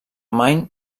maine